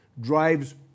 drives